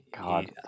God